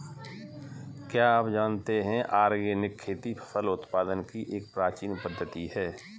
क्या आप जानते है ऑर्गेनिक खेती फसल उत्पादन की एक प्राचीन पद्धति है?